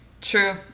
True